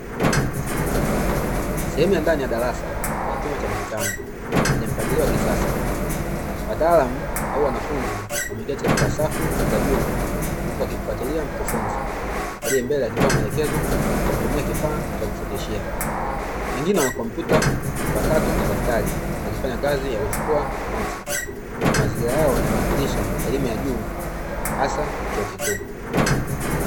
Sehemu ya ndani ya darasa au chumba cha mkutano wenye mpangilio wa kisasa, wataalamu au wanafunzi wameketi katika safu za juu uku wakimfuatilia mkufunzi aliyembele akitoa maelekezo kwa kutumia kifaa cha kufundishia, wengine wana kompyuta mpakato na daftari wakifanya kazi ya kuchukua noti, mazingira yao yanawakilisha elimu ya juu hasa chuo kikuu.